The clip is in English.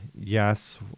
yes